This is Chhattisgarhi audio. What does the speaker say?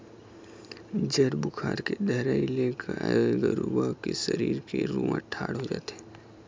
जर बुखार के धरई ले गाय गरुवा के सरीर के रूआँ ठाड़ हो जाथे